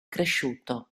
cresciuto